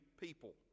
people